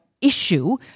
issue